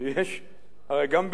הרי גם בית-המשפט העליון,